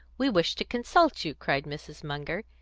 we wish to consult you, cried mrs. munger.